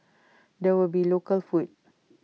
there will be local food